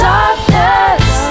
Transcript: Darkness